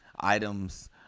items